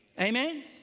Amen